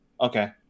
Okay